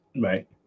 right